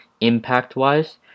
impact-wise